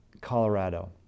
Colorado